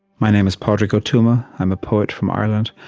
my name is padraig o tuama. i'm a poet from ireland.